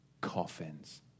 coffins